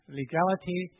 legality